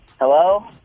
Hello